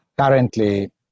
currently